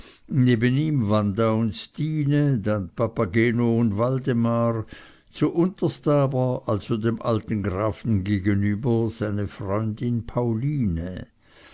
neben ihm wanda und stine dann papageno und waldemar zuunterst aber also dem alten grafen gegenüber seine freundin pauline